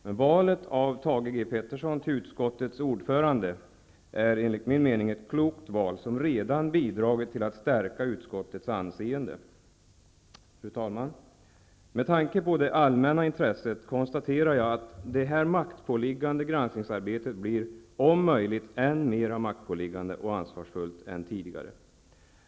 Men valet av Thage G. Peterson till utskottes ordförande är enligt min mening ett klokt val, som redan bidragit till att stärka utskottets anseende. Fru talman! Med tanke på det stora allmänna intresset konstaterar jag att detta maktpåliggande granskningsarbete blir om möjligt än mera maktpåliggande och ansvarsfullt än tidigare.